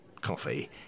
coffee